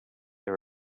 they